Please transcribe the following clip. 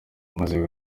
maze